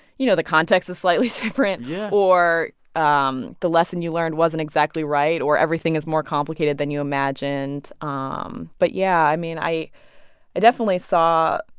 you know, the context is slightly different. yeah. or um the lesson you learned wasn't exactly right or everything is more complicated than you imagined. um but yeah. i mean, i i definitely saw,